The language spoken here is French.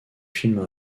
films